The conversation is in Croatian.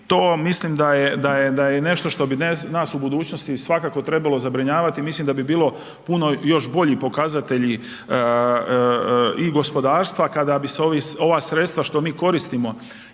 to mislim da je nešto što bi nas u budućnosti svakako zabrinjavati, mislim da bi bilo puno još bolji pokazatelji i gospodarstva kada bi se ova sredstva što mi koristimo